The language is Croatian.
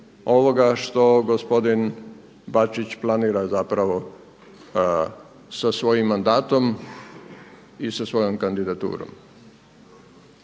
ovoga što gospodin Bačić planira zapravo sa svojim mandatom i sa svojom kandidaturom.